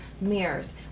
mirrors